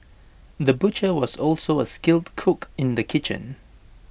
the butcher was also A skilled cook in the kitchen